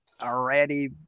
already